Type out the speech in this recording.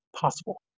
possible